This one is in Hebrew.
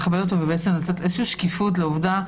לכבד אותו ולתת איזושהי שקיפות לעובדה,